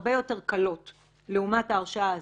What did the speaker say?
הרבה יותר קלות לעומת ההרשעה הזאת,